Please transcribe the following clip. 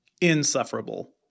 insufferable